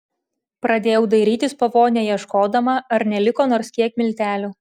pradėjau dairytis po vonią ieškodama ar neliko nors kiek miltelių